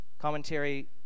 Commentary